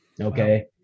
Okay